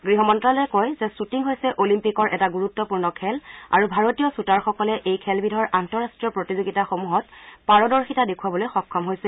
গৃহ মন্তালয়ে কয় যে খুটিং হৈছে অলিম্পিকৰ এটা গুৰুত্বপূৰ্ণ খেল আৰু ভাৰতীয় শ্বুটাৰসকলে এই খেলবিধৰ আন্তঃৰাষ্টীয় প্ৰতিযোগিতাসমূহত পাৰদৰ্শিতা দেখুৱাবলৈ সক্ষম হৈছে